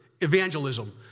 evangelism